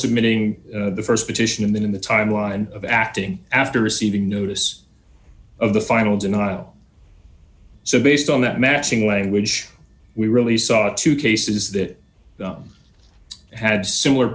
submitting the st petition and then in the timeline of acting after receiving notice of the finals inaudible so based on that matching language we really saw two cases that had similar